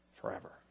forever